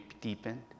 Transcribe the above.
deepened